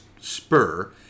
spur